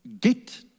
get